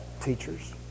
teachers